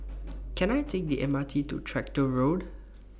Can I Take The M R T to Tractor Road